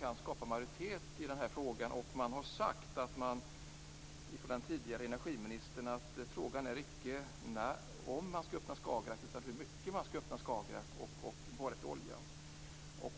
kan skapa majoritet i den här frågan. Den tidigare energiministern har sagt att frågan inte är om man skall öppna Skagerrak utan hur mycket man skall öppna Skagerrak och borra efter olja.